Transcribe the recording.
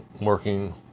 working